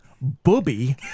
booby